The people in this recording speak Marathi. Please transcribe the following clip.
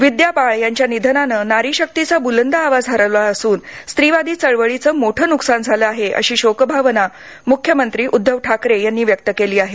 विद्या बाळ यांच्या निधनानं नारीशक्तीचा बुलंद आवाज हरवला असून स्त्रीवादी चळवळीचे मोठं नुकसान झालं आहे अशी शोकभावना मुख्यमंत्री उद्दव ठाकरे यांनी व्यक्त केली आहे